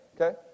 Okay